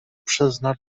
przezna